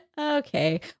Okay